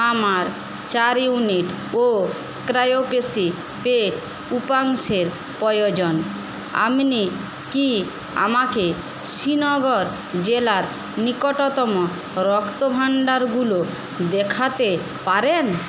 আমার চার ইউনিট ও ক্রায়োপ্রেসিপিটেট উপাংশের প্রয়োজন আপনি কি আমাকে শ্রীনগর জেলার নিকটতম রক্তভাণ্ডারগুলো দেখাতে পারেন